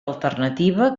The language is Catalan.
alternativa